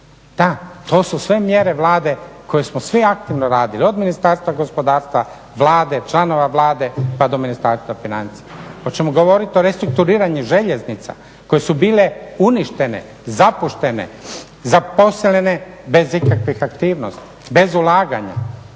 Da, to su sve mjere Vlade koji smo svi aktivno radili od Ministarstva gospodarstva, Vlade, članova Vlade pa do Ministarstva financija. Hoćemo govoriti o restrukturiranju željeznica koje su bile uništene, zapuštene, zaposlene bez ikakvih aktivnosti, bez ulaganja,